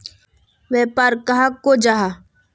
व्यापार कहाक को जाहा?